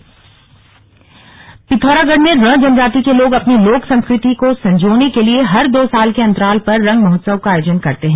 slug Rang महोत्सव पिथौरागढ़ में रं जनजाति के लोग अपनी लोक संस्कृति को संजोने के लिए हर दो वर्ष के अंतराल पर रं महोत्सव का आयोजन करते हैं